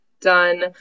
done